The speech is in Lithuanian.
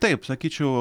taip sakyčiau